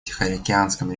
тихоокеанском